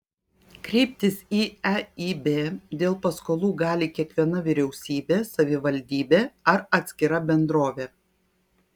kreiptis į eib dėl paskolų gali kiekviena vyriausybė savivaldybė ar atskira bendrovė